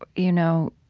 you know,